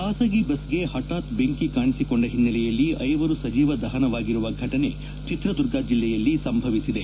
ಖಾಸಗಿ ಬಸ್ಗೆ ಹಠಾತ್ ಬೆಂಕಿ ಕಾಣಿಸಿಕೊಂಡ ಹಿನ್ನೆಲೆಯಲ್ಲಿ ಐವರು ಸಜೀವ ದಹನವಾಗಿರುವ ಫಟನೆ ಚಿತ್ರದುರ್ಗ ಜಿಲ್ಲೆಯಲ್ಲಿ ಸಂಭವಿಸಿದೆ